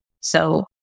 So-